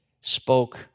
spoke